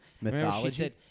Mythology